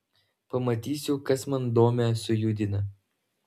pamatysiu kas man domę sujudina